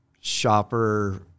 shopper